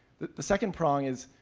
the the second prong is,